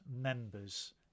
members